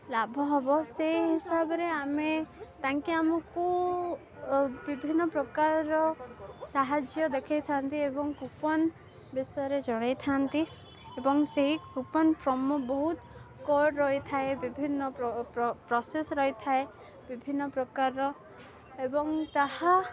ଲାଭ ହବ ସେଇ ହିସାବରେ ଆମେ ତାଙ୍କେ ଆମକୁ ବିଭିନ୍ନ ପ୍ରକାରର ସାହାଯ୍ୟ ଦେଖାଇ ଥାନ୍ତି ଏବଂ କୁପନ ବିଷୟରେ ଜଣାଇଥାନ୍ତି ଏବଂ ସେହି କୁପନ ପ୍ରମୋ ବହୁତ କୋର୍ଡ଼୍ ରହିଥାଏ ବିଭିନ୍ନ ପ୍ର ପ୍ରସେସ୍ ରହିଥାଏ ବିଭିନ୍ନ ପ୍ରକାରର ଏବଂ ତାହା